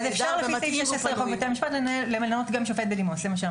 לפי חוק בתי המשפט אפשר למנות גם שופט בדימוס.